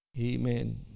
Amen